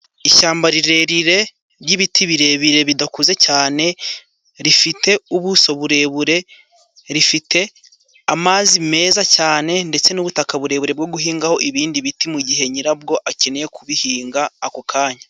Ishyamba rirerire ry'ibiti birebire, bidakuze cyane. Rifite ubuso burebure, rifite amazi meza cyane ndetse n'butaka burebure bwo guhingaho ibindi biti, mu gihe nyirabwo akeneye kubihinga ako kanya.